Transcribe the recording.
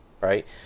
right